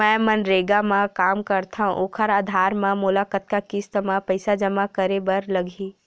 मैं मनरेगा म काम करथव, ओखर आधार म मोला कतना किस्त म पईसा जमा करे बर लगही?